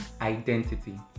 identity